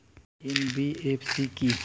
NBFC কী?